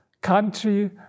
country